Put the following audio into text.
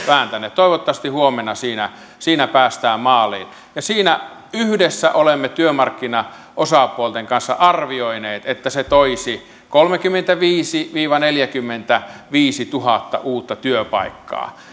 toivottavasti huomenna siinä päästään maaliin siinä yhdessä olemme työmarkkinaosapuolten kanssa arvioineet että se toisi kolmekymmentäviisituhatta viiva neljäkymmentäviisituhatta uutta työpaikkaa